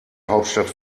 hauptstadt